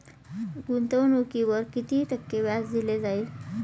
गुंतवणुकीवर किती टक्के व्याज दिले जाईल?